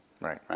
Right